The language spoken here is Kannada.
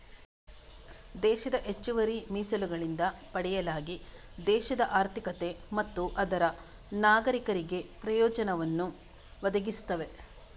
ದೇಶದ ಹೆಚ್ಚುವರಿ ಮೀಸಲುಗಳಿಂದ ಪಡೆಯಲಾಗಿ ದೇಶದ ಆರ್ಥಿಕತೆ ಮತ್ತು ಅದರ ನಾಗರೀಕರಿಗೆ ಪ್ರಯೋಜನವನ್ನು ಒದಗಿಸ್ತವೆ